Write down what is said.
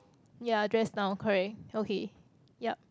ya dress down correct okay yup